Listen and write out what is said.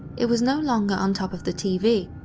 it was no longer on top of the tv.